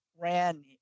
ran